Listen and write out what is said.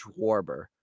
Schwarber